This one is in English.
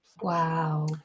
Wow